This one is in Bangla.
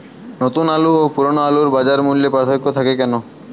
নতুন আলু ও পুরনো আলুর বাজার মূল্যে পার্থক্য থাকে কেন?